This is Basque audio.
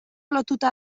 lotuta